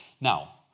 Now